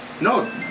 No